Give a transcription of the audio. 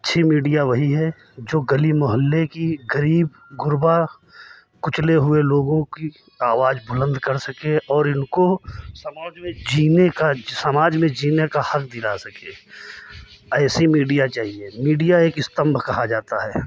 अच्छी मीडिया वही है जो गली मोहल्ले की गरीब गुरबा कुचले हुए लोगों की आवाज बुलंद कर सके और इनको समाज में जीने का हक दिला सके ऐसी मीडिया चाहिए मीडिया एक स्तम्भ कहा जाता है